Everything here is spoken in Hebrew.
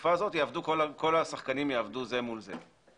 בתקופה האמורה כל השחקנים יעבדו זה מול זה.